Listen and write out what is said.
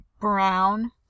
brown